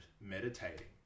meditating